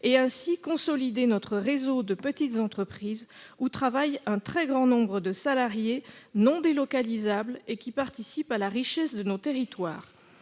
et ainsi consolider notre réseau de petites entreprises, où travaillent un très grand nombre de salariés non délocalisables et qui participent à la richesse de nos territoires.